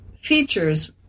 features